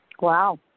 Wow